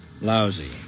Lousy